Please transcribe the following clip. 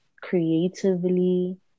creatively